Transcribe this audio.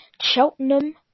Cheltenham